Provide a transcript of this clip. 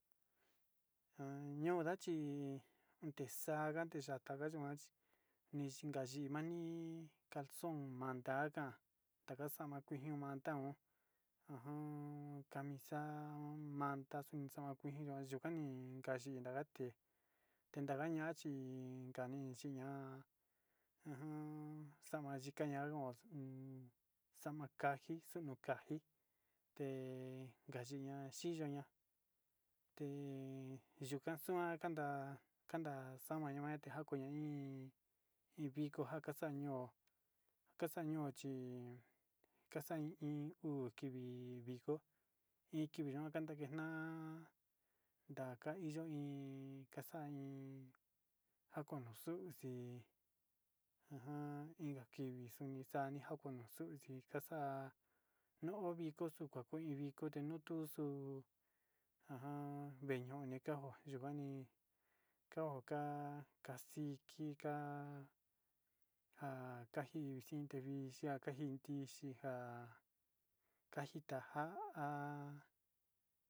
Han ñoo nda chí nexanga yataga kuan chí nixka yii mani calzon manda akan takaxan kui mandaon o'on camisa manda xaon ndakuii no'o ayukani ndain kandate, temndaka ña'a chi kañii chiya'a ajan xamayikaña nguo uun xama kanji xunuu kanji te'e yiña'a chiñuña tee yukaxua kaña tanda xamañate nja'a, koña iin viko ña kaxaña no'o kaxaño chi kaxa iin uu kivi, kiviko in viki kata njena ndaka i iin kaxa iin kanuxuxi ajan inka kivi xuni xani njana xuxi kaxa'a nuu uu viko xaxui viko tenuu xutu ajan vee ño'o kaja xikani oka kaxiki ka'a nja kaji nii xiti tekavixhia njaxiti tinja kanjita nja'a há.